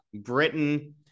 britain